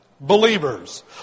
Believers